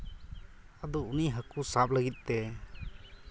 ᱟᱫᱚ ᱩᱱᱤ ᱦᱟᱹᱞᱩ ᱥᱟᱵ ᱞᱟᱹᱜᱤᱫ ᱛᱮ